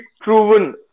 proven